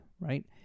Right